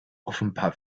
offenbar